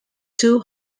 two